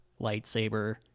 lightsaber